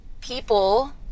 People